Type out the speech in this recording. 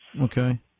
Okay